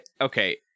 Okay